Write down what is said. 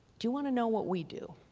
do you want to know what we do?